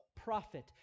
prophet